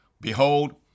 Behold